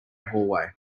hallway